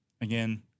Again